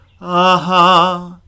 Aha